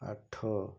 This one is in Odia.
ଆଠ